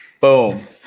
Boom